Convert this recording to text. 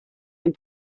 and